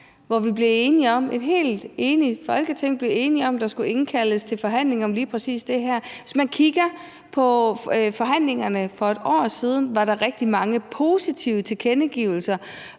vi, et helt enigt Folketing, blev enige om, at der skulle indkaldes til forhandlinger om lige præcis det her? Hvis man kigger på forhandlingerne fra for et år siden, var der rigtig mange positive tilkendegivelser